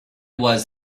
was